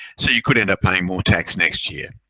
so you could end up paying more tax next year.